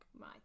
Right